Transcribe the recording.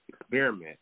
experiment